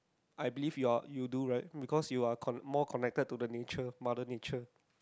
I believe your you do right because you are con~ more connected to the nature mother nature